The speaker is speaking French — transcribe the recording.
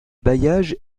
bailliage